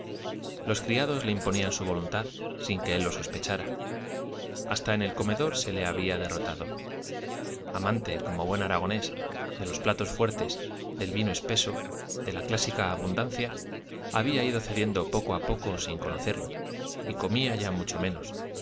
los criados le imponían su voluntad sin que él lo sospechara hasta en el comedor se le había derrotado amante como buen aragonés de los platos fuertes del vino espeso de la clásica abundancia había ido cediendo poco a poco sin conocerlo y comía ya mucho menos